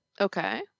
Okay